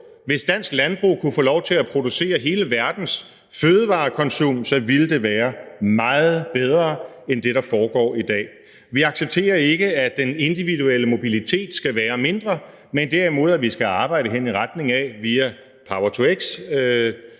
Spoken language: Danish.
hvis dansk landbrug kunne få lov til at producere hele verdens fødevarekonsum, ville det være meget bedre end det, der foregår i dag. Vi accepterer ikke, at den individuelle mobilitet skal være mindre, men mener derimod, at vi skal arbejde hen i retning af via